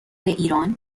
ایران